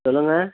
சொல்லுங்கள்